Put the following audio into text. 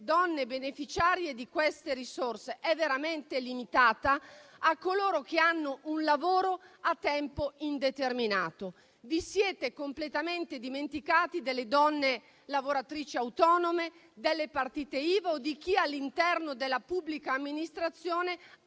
beneficiarie è veramente limitata a coloro che hanno un lavoro a tempo indeterminato. Vi siete completamente dimenticati delle donne lavoratrici autonome, delle partite IVA o di chi, all'interno della pubblica amministrazione, ha